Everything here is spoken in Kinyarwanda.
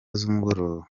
z’umugoroba